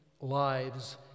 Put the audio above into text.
lives